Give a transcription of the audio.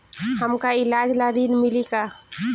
हमका ईलाज ला ऋण मिली का?